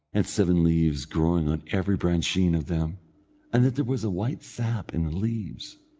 and seven leaves growing on every brancheen of them and that there was a white sap in the leaves.